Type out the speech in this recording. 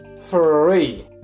free